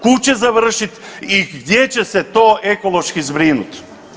Kud će završiti i gdje će se to ekološki zbrinuti?